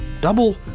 double